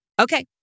Okay